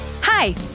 Hi